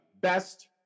best